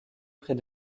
près